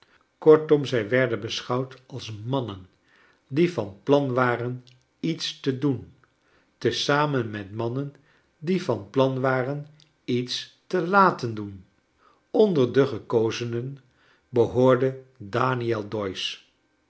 kortom zij werden beschouwd als mannen die van plan waren lets te doen te zamen met mannen die van plan waren lets te laten doen onder de gekozenen behoorde daniel